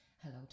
hello